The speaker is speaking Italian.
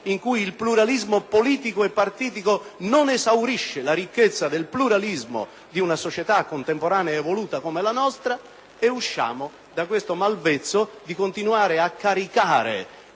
in cui il pluralismo politico e partitico non esaurisce la ricchezza del pluralismo di una società contemporanea evoluta come la nostra. Dobbiamo pertanto superare il malvezzo di continuare a caricare